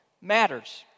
matters